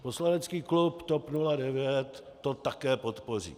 Poslanecký klub TOP 09 to také podpoří.